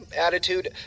Attitude